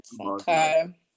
Okay